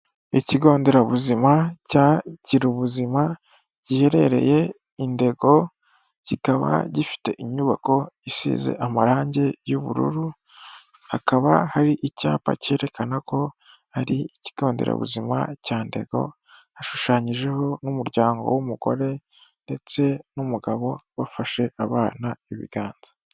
Ikigo nderabuzima cya Girubuzima giherereye i Ndego, kikaba gifite inyubako isize amarangi y'ubururu, hakaba hari icyapa cyerekana ko ari ikigo nderabuzima cya Ndego, hashushanyijeho n'umuryango w'umugore ndetse n'umugabo bafashe abana ibiganza.